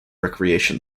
recreation